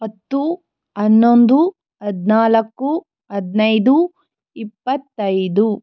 ಹತ್ತು ಹನ್ನೊಂದು ಹದಿನಾಲ್ಕು ಹದಿನೈದು ಇಪ್ಪತ್ತೈದು